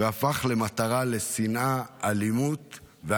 הפך למטרה לשנאה ולאלימות.